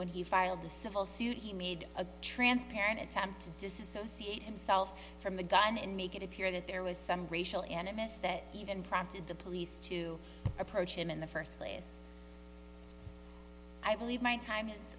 when he filed a civil suit he made a transparent attempt to disassociate himself from the gun and make it appear that there was some racial animus that even prompted the police to approach him in the first place i believe my time is